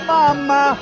Mama